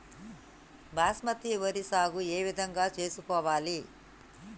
బాస్మతి వరి సాగు ఏ విధంగా చేసుకోవాలి?